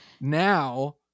Now